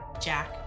Jack